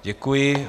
Děkuji.